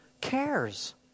cares